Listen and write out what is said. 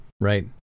Right